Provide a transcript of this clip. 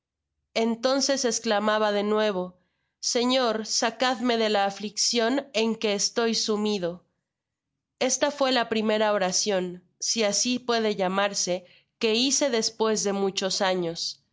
entonces esclamaba de nuevo señor sacadme de la afliccion en que estoy sumido estaqué la primera joracipa si asi puede llamarse que hice despues de muchos años